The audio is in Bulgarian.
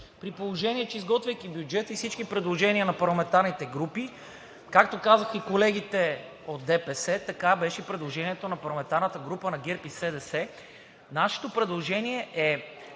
при положение че, изготвяйки бюджета и всички предложения на парламентарните групи, както казаха и колегите от ДПС, така беше и предложението на парламентарната група на ГЕРБ-СДС, нашето предложение не